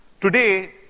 Today